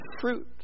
fruit